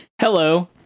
Hello